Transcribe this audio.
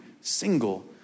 single